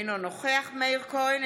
אינו נוכח מאיר כהן,